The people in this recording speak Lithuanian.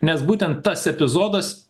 nes būtent tas epizodas